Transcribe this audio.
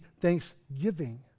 thanksgiving